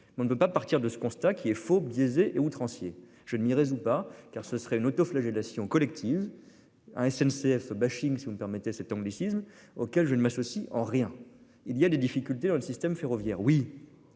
on ne veut pas partir de ce constat qui est faut biaiser et outrancier. Je ne m'y résous pas car ce serait une autoflagellation collective. Un SNCF bashing. Si vous me permettez cet anglicisme auquel je ne m'associe en rien il y a des difficultés dans le système ferroviaire. Oui.